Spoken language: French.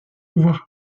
pouvoir